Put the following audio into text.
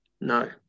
No